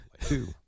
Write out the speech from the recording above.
Two